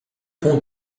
ponts